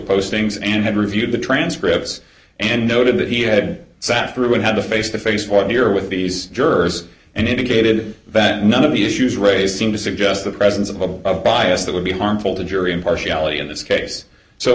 postings and have reviewed the transcripts and noted that he had sat through and had a face to face while here with these jurors and indicated that none of the issues raised seem to suggest the presence of a bias that would be harmful to jury impartiality in this case so